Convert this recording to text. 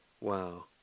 Wow